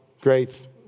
great